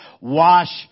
wash